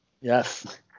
Yes